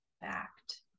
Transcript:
Fact